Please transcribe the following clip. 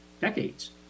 decades